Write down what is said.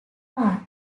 art